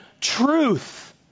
truth